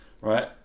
right